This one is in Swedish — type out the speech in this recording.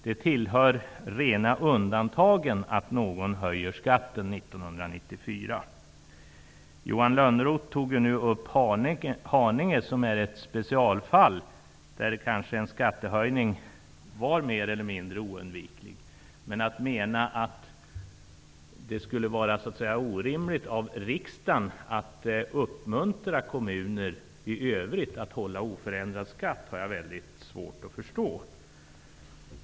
Det tillhör undantagen att någon höjer skatten 1994. Johan Lönnroth tog upp Haninge som exempel. Det är ett specialfall där en skattehöjning kanske är mer eller mindre oundviklig. Men att mena att det skulle vara orimligt av riksdagen att uppmuntra kommuner i övrigt att hålla oförändrad skatt har jag mycket svårt att förstå.